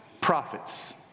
prophets